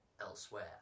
elsewhere